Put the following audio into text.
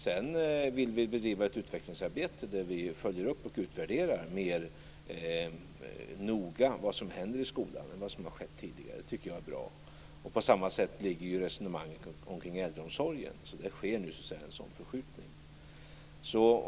Sedan vill vi bedriva ett utvecklingsarbete, där vi följer upp och utvärderar vad som händer i skolan mer noga än vad som har skett tidigare. Jag tycker att det är bra. På samma sätt ligger resonemanget om äldreomsorgen. Det sker nu en sådan förskjutning.